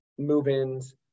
move-ins